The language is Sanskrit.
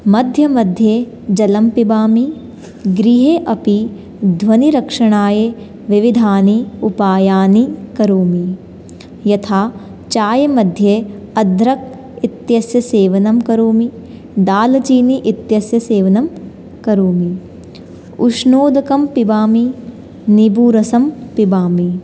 मध्ये मध्ये जलं पिबामि गृहे अपि ध्वनिरक्षणायै विविधानि उपायानि करोमि यथा चायमध्ये अद्रकः इत्यस्य सेवनं करोमि दालचिनि इत्यस्य सेवनं करोमि उष्णोदकं पिबामि निम्बुरसं पिबामि